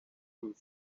roof